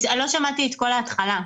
שמעתי את כל ההתחלה.